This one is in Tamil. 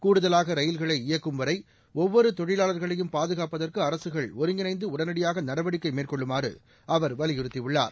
கூடுதலாக ரயில்களை இயக்கும்வரை ஒவ்வொரு தொழிலாளா்களையும் பாதுகாப்பதற்கு அரசுகள் ஒருங்கிணைந்து உடனடியாக நடவடிக்கை மேற்கொள்ளுமாறு அவர் வலியுறுத்தியுள்ளார்